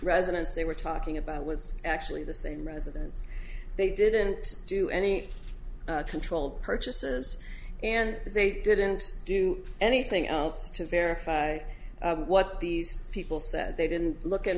residence they were talking about was actually the same residence they didn't do any controlled purchases and they didn't do anything else to verify what these people said they didn't look at